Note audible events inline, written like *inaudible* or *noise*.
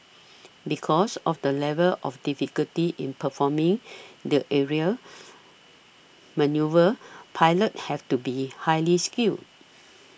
because of the level of difficulty in performing *noise* the aerial *noise* manoeuvres pilots have to be highly skilled